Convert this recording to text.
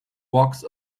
walks